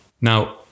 Now